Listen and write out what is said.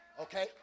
Okay